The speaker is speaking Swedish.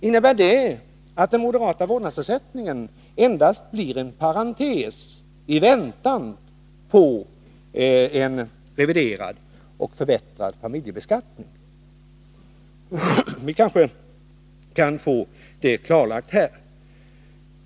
Innebär det att vårdnadsersättningen endast skall ses som en parentes i väntan på en reviderad och förbättrad familjebeskattning? Kanske kan vi få den saken klarlagd här.